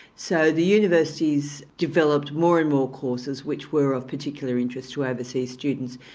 so the universities developed more and more courses which were of particular interest for overseas students,